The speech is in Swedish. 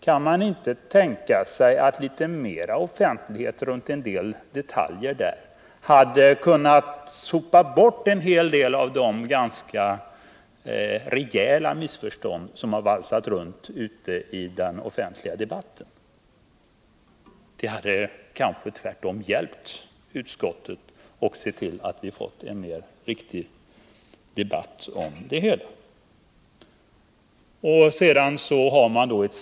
Kan man inte tänka sig att litet mera offentlighet kring en del detaljer där skulle ha kunnat sopa bort en del av de ganska rejäla Nr 121 missförstånd som har valsat runt ute i den offentliga debatten? En offentlig Onsdagen den utskottsutfrågning hade kanske varit till gagn för utskottet, och vi hade fått 16 april 1980 en mer riktig debatt om det hela.